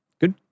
Good